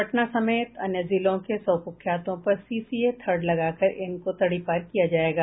पटना समेत अन्य जिलों के सौ कुख्यातों पर सीसीए थर्ड लगाकर इनको तड़ीपार किया जायेगा